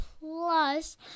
plus